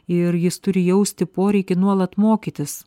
ir jis turi jausti poreikį nuolat mokytis